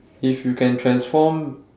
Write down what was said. if you can transform